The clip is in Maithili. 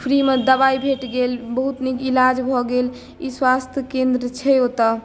फ्रीमे दबाइ भेट गेल बहुत नीक इलाज भऽ गेल ई स्वास्थ्य केन्द्र छै ओतय